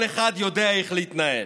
כל אחד יודע איך להתנהל,